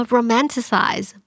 Romanticize